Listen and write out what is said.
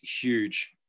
huge